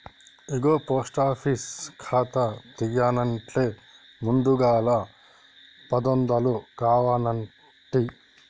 ఇగో post office ఖాతా తీయన్నంటే ముందుగల పదొందలు కావనంటి